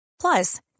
Plus